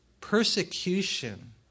Persecution